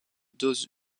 dose